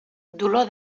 dolor